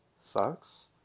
sucks